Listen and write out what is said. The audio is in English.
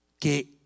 que